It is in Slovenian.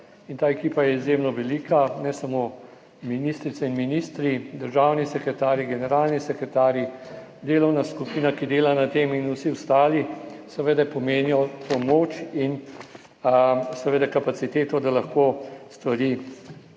ta ekipa je izjemno velika, ne samo ministrice in ministri, državni sekretarji, generalni sekretarji, delovna skupina, ki dela na tem, in vsi ostali pomenijo pomoč in kapaciteto, da lahko stvari